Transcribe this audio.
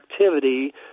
activity